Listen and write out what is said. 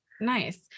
Nice